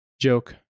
joke